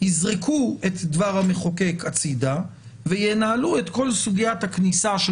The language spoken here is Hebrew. יזרקו את דבר המחוקק הצידה וינהלו את כל סוגיית הכניסה של